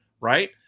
right